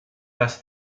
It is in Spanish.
las